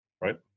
right